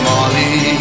Molly